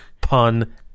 pun